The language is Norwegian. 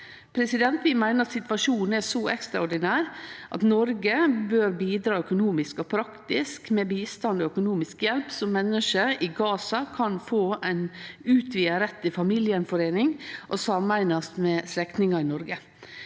i Gaza. Vi meiner situasjonen er så ekstraordinær at Noreg bør bidra økonomisk og praktisk med bistand og økonomisk hjelp, slik at menneske i Gaza kan få ein utvida rett til familiegjenforeining og kan sameinast med slektningar i Noreg.